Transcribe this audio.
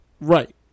right